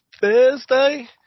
Thursday